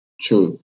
True